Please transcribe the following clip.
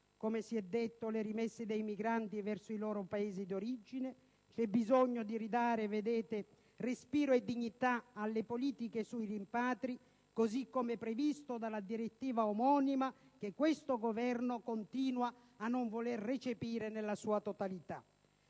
come si è detto, le rimesse dei migranti verso i loro Paesi di origine. C'è bisogno di ridare respiro e dignità alle politiche sui rimpatri, così come previsto dalla direttiva omonima che questo Governo continua a non voler recepire nella sua totalità.